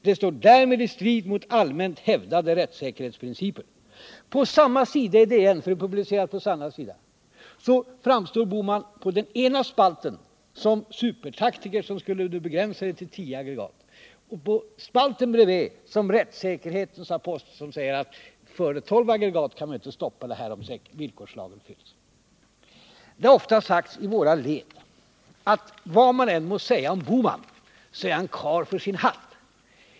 Det står därmed i strid med allmänt hävdade rättssäkerhetsprinciper.” På samma sida i Dagens Nyheter — för det är publicerat på samma sida — framstår herr Bohman på den ena spalten som supertaktikern som skulle begränsa antalet aggregat till tio, och på den andra spalten som rättssäkerhetens apostel som säger att före tolv aggregat kan man inte stoppa det här, om villkorslagens krav uppfylls. Det har ofta sagts i våra led, att vad man än må säga om herr Bohman, så är han karl för sin hatt.